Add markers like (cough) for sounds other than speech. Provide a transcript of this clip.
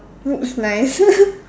looks nice (laughs)